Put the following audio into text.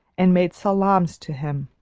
and made salaams to him.